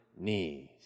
knees